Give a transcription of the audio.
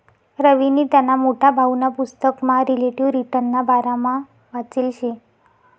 रवीनी त्याना मोठा भाऊना पुसतकमा रिलेटिव्ह रिटर्नना बारामा वाचेल शे